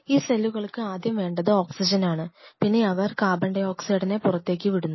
ഈ സെല്ലുകൾക്ക് ആദ്യം വേണ്ടത് ഓക്സിജനാണ് പിന്നെ അവർ കാർബൺഡയോക്സൈഡിനെ പുറത്തേക്ക് വിടുന്ന